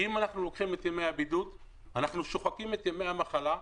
אם אנחנו לוקחים את ימי הבידוד אנחנו שוחקים את ימי המחלה,